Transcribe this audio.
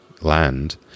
land